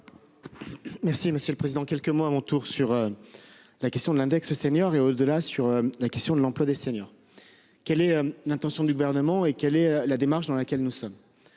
Merci Monsieur le Président. Quelques mots à mon tour sur. La question de l'index senior et hausse de la sur la question de l'emploi des seniors. Quelle est l'intention du gouvernement et quelle est la démarche dans laquelle nous sommes.